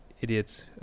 idiots